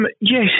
Yes